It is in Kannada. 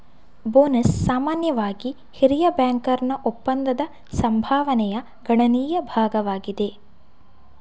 ಬೋನಸ್ ಸಾಮಾನ್ಯವಾಗಿ ಹಿರಿಯ ಬ್ಯಾಂಕರ್ನ ಒಪ್ಪಂದದ ಸಂಭಾವನೆಯ ಗಣನೀಯ ಭಾಗವಾಗಿದೆ